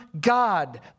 God